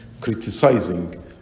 criticizing